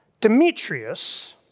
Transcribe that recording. Demetrius